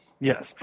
Yes